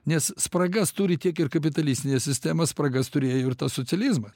nes spragas turi tiek ir kapitalistinė sistema spragas turėjo ir tas socializmas